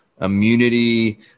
Immunity